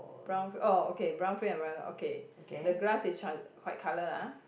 brown oh okay brown frame umbrella okay the glass is trans~ white colour lah ah